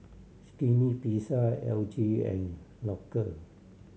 Skinny Pizza L G and Loacker